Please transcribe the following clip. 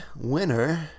winner